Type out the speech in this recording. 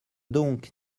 donc